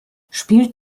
spielt